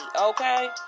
okay